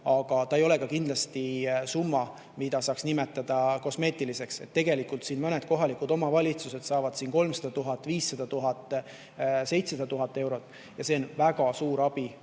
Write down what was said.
aga see ei ole kindlasti summa, mida saaks nimetada kosmeetiliseks. Tegelikult mõned kohalikud omavalitsused saavad juurde 300 000, 500 000, 700 000 eurot ja see on nendele väga suur abi